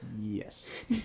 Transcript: Yes